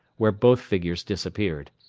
where both figures disappeared.